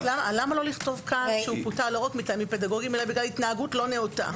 למה לא לכתוב פה שפוטר לא רק מטעים פדגוגיים אלא בגלל התנהגות לא נאותה?